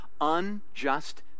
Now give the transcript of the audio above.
unjust